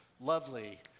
lovely